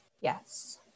yes